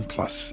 Plus